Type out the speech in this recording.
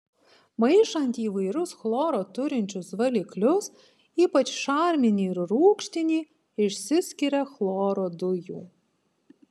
maišant įvairius chloro turinčius valiklius ypač šarminį ir rūgštinį išsiskiria chloro dujų